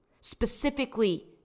specifically